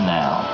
now